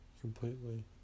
completely